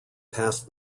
past